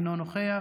אינו נוכח,